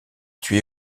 tué